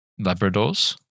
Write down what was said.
Labradors